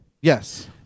Yes